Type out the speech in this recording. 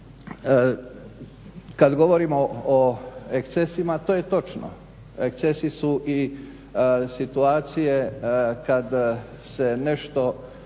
kad govorimo o ekscesima to je točno. Ekscesi su i situacije kad se nešto